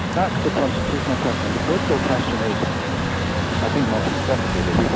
that's the constitutional question. the political question is i think much more complicated.